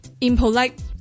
impolite